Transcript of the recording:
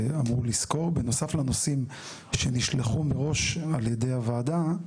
בנוסף לנושאים שנשלחו מראש על ידי הוועדה,